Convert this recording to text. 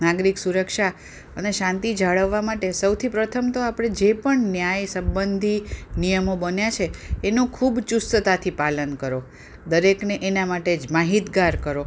નાગરિક સુરક્ષા અને શાંતિ જાળવવા માટે સૌથી પ્રથમ તો આપણે જે પણ ન્યાય સબંધી નિયમો બન્યા છે એનો ખૂબ ચુસ્તતાથી પાલન કરો દરેકને એનાં માટે જ માહિતગાર કરો